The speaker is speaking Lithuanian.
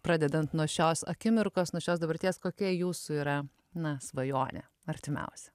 pradedant nuo šios akimirkos nuo šios dabarties kokia jūsų yra na svajonė artimiausia